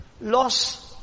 loss